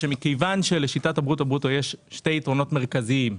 אנחנו אומרים שמכיוון שלשיטת הברוטו-ברוטו יש שני יתרונות מרכזיים: